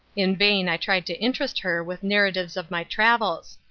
in vain i tried to interest her with narratives of my travels.